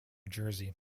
jersey